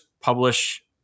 publish